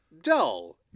dull